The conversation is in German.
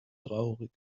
traurig